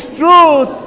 truth